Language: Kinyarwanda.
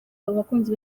abakunzi